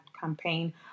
campaign